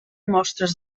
mostres